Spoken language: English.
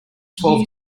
twelve